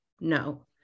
No